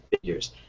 figures